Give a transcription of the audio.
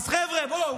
ועדת החוקה זה בריא?